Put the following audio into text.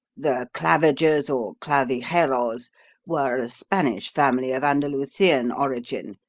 the clavigers or clavigeros were a spanish family of andalusian origin,